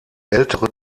ältere